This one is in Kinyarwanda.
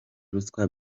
ruswa